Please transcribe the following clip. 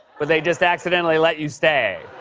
but they just accidentally let you stay.